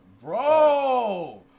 Bro